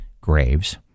graves